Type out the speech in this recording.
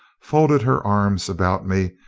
folded her arms about me,